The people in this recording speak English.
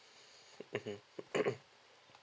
mmhmm